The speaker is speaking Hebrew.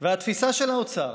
התפיסה של האוצר